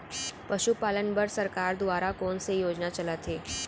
पशुपालन बर सरकार दुवारा कोन स योजना चलत हे?